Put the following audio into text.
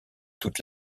toutes